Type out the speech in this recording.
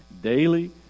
daily